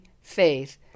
faith